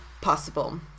possible